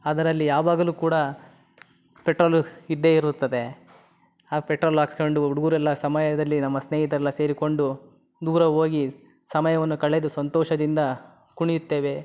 ಅದರಲ್ಲಿ ಯಾವಾಗಲೂ ಕೂಡ ಪೆಟ್ರೋಲು ಇದ್ದೇ ಇರುತ್ತದೆ ಆ ಪೆಟ್ರೋಲ್ ಹಾಕ್ಸ್ಕೊಂಡು ಹುಡುಗರೆಲ್ಲ ಸಮಯದಲ್ಲಿ ನಮ್ಮ ಸ್ನೇಹಿತರೆಲ್ಲ ಸೇರಿಕೊಂಡು ದೂರ ಹೋಗಿ ಸಮಯವನ್ನು ಕಳೆದು ಸಂತೋಷದಿಂದ ಕುಣಿಯುತ್ತೇವೆ